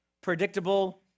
predictable